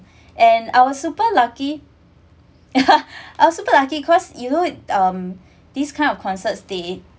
and I was super lucky I was super lucky cause you um these kind of concert they